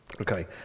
Okay